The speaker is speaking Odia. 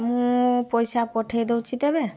ମୁଁ ପଇସା ପଠାଇ ଦଉଛି ତେବେ